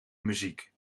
muziek